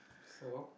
so